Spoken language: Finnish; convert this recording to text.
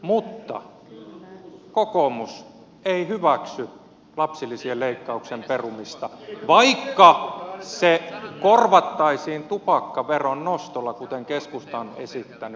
mutta kokoomus ei hyväksy lapsilisien leikkauksen perumista vaikka se korvattaisiin tupakkaveron nostolla kuten keskusta on esittänyt